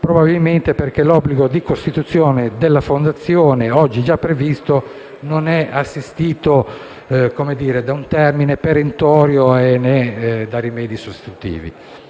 probabilmente perché l'obbligo di costituzione della Fondazione, oggi già previsto, non è assistito da un termine perentorio né da rimedi sostitutivi.